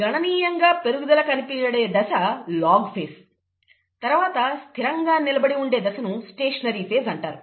గణనీయంగా పెరుగుదల కనపడే దశ లాగ్ ఫేజ్ తరువాత స్థిరంగా నిలబడి ఉండే దశను స్టేషనరీ ఫేజ్ అంటారు